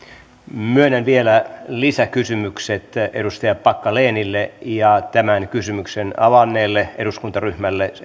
myönnän vielä lisäkysymykset edustaja packalenille ja tämän kysymyksen avanneelle eduskuntaryhmälle